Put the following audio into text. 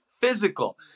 physical